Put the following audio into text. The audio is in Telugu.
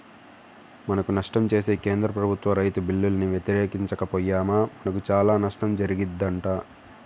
మనకు నష్టం చేసే కేంద్ర ప్రభుత్వ రైతు బిల్లుల్ని వ్యతిరేకించక పొయ్యామా మనకు చానా నష్టం జరిగిద్దంట